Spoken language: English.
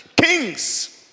Kings